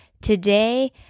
today